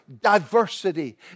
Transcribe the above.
diversity